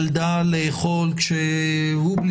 לילדה לאכול שם.